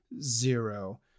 zero